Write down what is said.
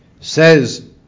Says